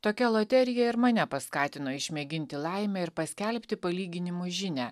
tokia loterija ir mane paskatino išmėginti laimę ir paskelbti palyginimų žinią